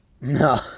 No